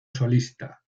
solista